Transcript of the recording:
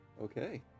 Okay